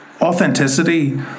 authenticity